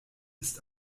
ist